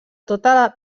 tota